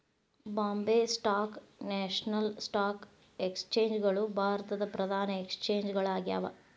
Bombay stock national stock exchange ಗಳು ಭಾರತದ್ ಪ್ರಧಾನ ಎಕ್ಸ್ಚೇಂಜ್ ಗಳಾಗ್ಯಾವ